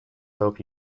hope